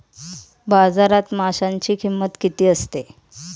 बाजारात माशांची किंमत किती असते?